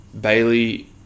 Bailey